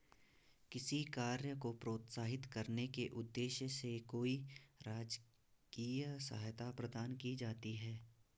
किसी कार्य को प्रोत्साहित करने के उद्देश्य से कोई राजकीय सहायता प्रदान की जाती है